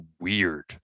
weird